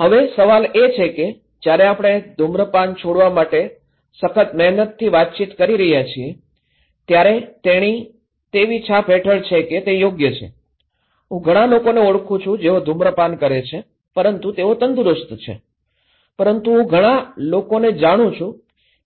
હવે સવાલ એ છે કે જ્યારે આપણે ધૂમ્રપાન છોડવા માટે સખત મહેનતથી વાતચીત કરી રહ્યા છીએ ત્યારે તેણી તેવી છાપ હેઠળ છે કે તે યોગ્ય છે હું ઘણા લોકોને ઓળખું છું જેઓ ધૂમ્રપાન કરે છે પરંતુ તેઓ તંદુરસ્ત છે પરંતુ હું ઘણા લોકોને જાણું છું